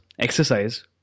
exercise